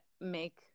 make